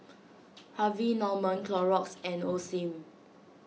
Harvey Norman Clorox and Osim